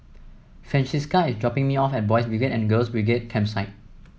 Francisca is dropping me off at Boys' Brigade and Girls' Brigade Campsite